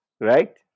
Right